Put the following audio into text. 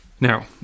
Now